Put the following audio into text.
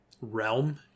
realm